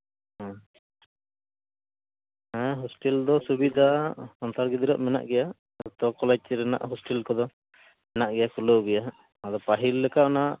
ᱦᱮᱸ ᱦᱮᱸ ᱦᱳᱥᱴᱮᱞ ᱫᱚ ᱥᱩᱵᱤᱫᱟ ᱥᱟᱱᱛᱟᱲ ᱜᱤᱫᱽᱨᱟᱹᱣᱟᱜ ᱢᱮᱱᱟᱜ ᱜᱮᱭᱟ ᱛᱚ ᱠᱚᱞᱮᱡᱽ ᱨᱮᱱᱟᱜ ᱦᱳᱥᱴᱮᱞ ᱠᱚᱫᱚ ᱦᱮᱱᱟᱜ ᱜᱮᱭᱟ ᱠᱷᱩᱞᱟᱹᱣ ᱜᱮᱭᱟ ᱦᱟᱸᱜ ᱟᱫᱚ ᱯᱟᱹᱦᱤᱞ ᱞᱮᱠᱟ ᱚᱱᱟ